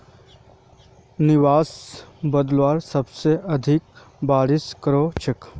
nimbus बादल सबसे अधिक बारिश कर छेक